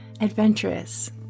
adventurous